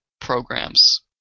programs